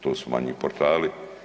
To su manji portali.